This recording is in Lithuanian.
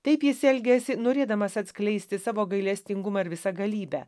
taip jis elgiasi norėdamas atskleisti savo gailestingumą ir visagalybę